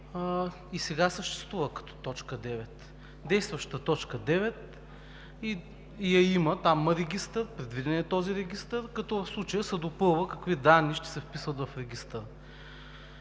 и сега съществува като т. 9. Действащата т. 9 я има, там е предвиден този регистър, като в случая се допълва какви данни ще се вписват в регистъра.